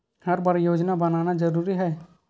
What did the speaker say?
हर बार योजना बनाना जरूरी है?